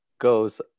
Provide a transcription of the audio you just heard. goes